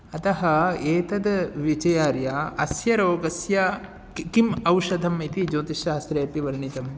अतः एतद् विचार्य अस्य रोगस्य किं किम् औषधम् इति ज्योतिशषास्त्रे अपि वर्णितम्